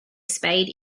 spade